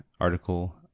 article